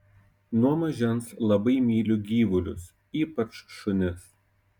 nuo mažens labai myliu gyvulius ypač šunis